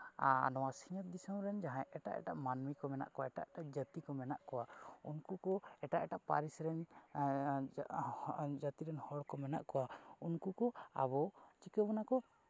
ᱱᱚᱣᱟ ᱥᱤᱧᱚᱛ ᱫᱤᱥᱚᱢ ᱨᱮᱱ ᱡᱟᱦᱟᱸᱭ ᱮᱴᱟᱜ ᱮᱴᱟᱜ ᱢᱟᱹᱱᱢᱤ ᱠᱚ ᱮᱴᱟᱜ ᱮᱴᱟᱜ ᱡᱟᱹᱛᱤ ᱠᱚ ᱢᱮᱱᱟᱜ ᱠᱚᱣᱟ ᱩᱱᱠᱩ ᱠᱚ ᱮᱴᱟᱜ ᱮᱴᱟᱜ ᱯᱟᱹᱨᱤᱥ ᱨᱮᱱ ᱡᱟᱹᱛᱤ ᱨᱮᱱ ᱦᱚᱲ ᱠᱚ ᱢᱮᱱᱟᱜ ᱠᱚᱣᱟ ᱩᱱᱠᱩ ᱠᱚ ᱟᱵᱚ ᱪᱤᱠᱟᱹ ᱵᱚᱱᱟ ᱠᱚ